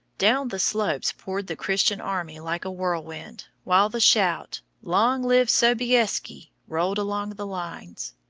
down the slopes poured the christian army like a whirlwind, while the shout, long live sobieski! rolled along the lines.